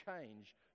change